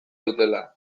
dutela